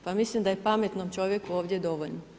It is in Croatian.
Pa mislim da je pametnom čovjeku ovdje dovoljno.